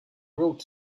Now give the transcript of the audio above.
wrote